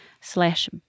slash